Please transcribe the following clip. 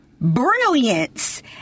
brilliance